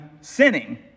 sinning